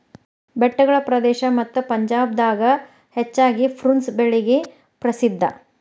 ಬೆಟ್ಟಗಳ ಪ್ರದೇಶ ಮತ್ತ ಪಂಜಾಬ್ ದಾಗ ಹೆಚ್ಚಾಗಿ ಪ್ರುನ್ಸ್ ಬೆಳಿಗೆ ಪ್ರಸಿದ್ಧಾ